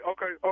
Okay